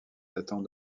datant